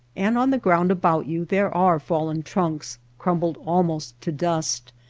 and on the ground about you there are fallen trunks, crumbled almost to dust,